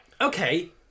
okay